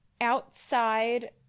outside